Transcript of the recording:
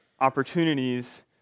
opportunities